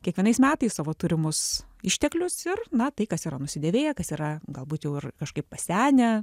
kiekvienais metais savo turimus išteklius ir na tai kas yra nusidėvėję kas yra galbūt jau ir kažkaip pasenę